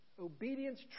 Obedience